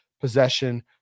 possession